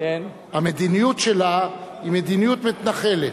המדיניות שלה היא מדיניות מתנחלת.